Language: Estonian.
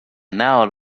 näol